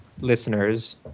listeners